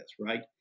right